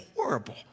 horrible